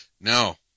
No